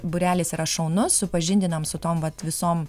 būrelis yra šaunus supažindinam su tom vat visom